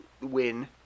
win